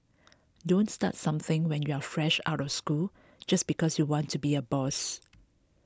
don't start something when you're fresh out of school just because you want to be a boss